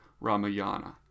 Ramayana